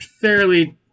fairly